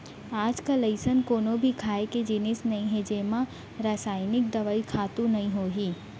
आजकाल अइसन कोनो भी खाए के जिनिस नइ हे जेमा रसइनिक दवई, खातू नइ होही